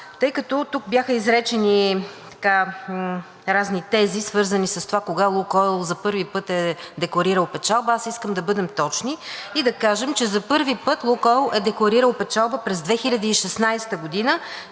Тъй като тук бяха изречени разни тези, свързани с това кога „Лукойл“ за първи път е декларирал печалба, аз искам да бъдем точни и да кажем, че за първи път „Лукойл“ е декларирал печалба през 2016 г.